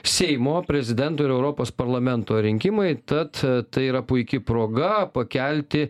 seimo prezidento ir europos parlamento rinkimai tad tai yra puiki proga pakelti